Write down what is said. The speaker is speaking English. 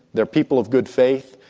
they're people of good faith.